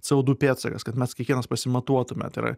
cė o du pėdsakas kad mes kiekvienas pasimatuotume tai yra